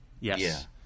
Yes